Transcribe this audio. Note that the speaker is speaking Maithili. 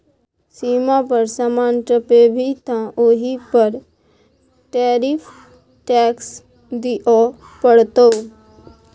सीमा पर समान टपेभी तँ ओहि पर टैरिफ टैक्स दिअ पड़तौ